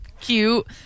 cute